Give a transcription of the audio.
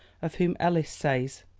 of whom ellis says,